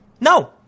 No